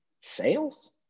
sales